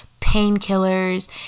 painkillers